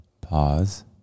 pause